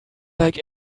like